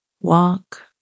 walk